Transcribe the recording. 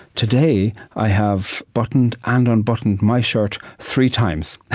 today, i have buttoned and unbuttoned my shirt three times.